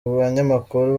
banyamakuru